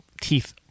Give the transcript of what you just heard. teeth